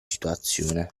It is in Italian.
situazione